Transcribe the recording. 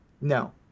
No